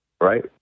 right